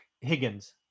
Higgins